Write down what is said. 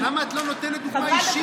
אז למה את לא נותנת דוגמה אישית, השרה?